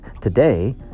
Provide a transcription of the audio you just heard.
today